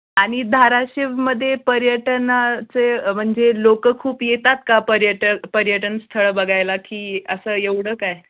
आणि धाराशिवमध्ये पर्यटनाचे म्हणजे लोक खूप येतात का पर्यट पर्यटन स्थळं बघायला की असं एवढं काय